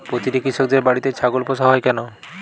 প্রতিটি কৃষকদের বাড়িতে ছাগল পোষা হয় কেন?